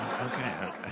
Okay